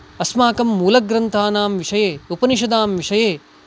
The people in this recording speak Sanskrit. अस्माकं मूलग्रन्थानां विषये उपनिषदां विषये